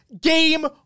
game